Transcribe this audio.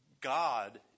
God